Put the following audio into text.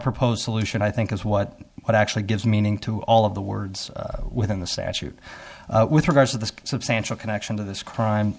proposed solution i think is what it actually gives meaning to all of the words within the statute with regard to the substantial connection to this crime